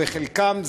וחלקם,